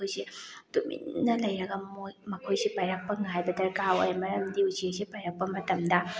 ꯑꯩꯈꯣꯏꯁꯤ ꯇꯨꯃꯤꯟꯅ ꯂꯩꯔꯒ ꯃꯣꯏ ꯃꯈꯣꯏꯁꯤ ꯄꯥꯏꯔꯛꯄ ꯉꯥꯏꯕ ꯗꯔꯀꯥꯔ ꯑꯣꯏ ꯃꯔꯝꯗꯤ ꯎꯆꯦꯛꯁꯤ ꯄꯥꯏꯔꯛꯄ ꯃꯇꯝꯗ